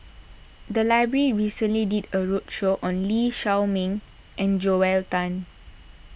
the library recently did a roadshow on Lee Shao Meng and Joel Tan